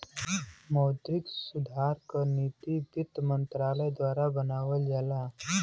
मौद्रिक सुधार क नीति वित्त मंत्रालय द्वारा बनावल जाला